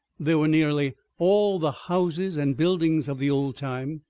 there were nearly all the houses and buildings of the old time.